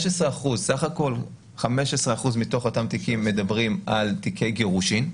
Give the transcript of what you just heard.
15% מתוך אותם תיקים הם תיקי גירושין.